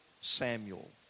Samuel